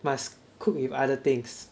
must cook with other things